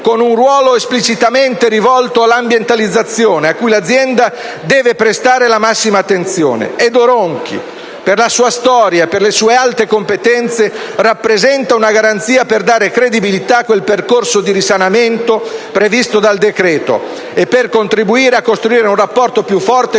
con un ruolo esplicitamente rivolto all'ambientalizzazione a cui l'azienda deve prestare la massima attenzione. Edo Ronchi, per la sua storia e per le sue alte competenze, rappresenta una garanzia per dare credibilità al percorso di risanamento previsto dal decreto-legge e per contribuire a costruire un rapporto più forte con la città